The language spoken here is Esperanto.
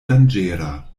danĝera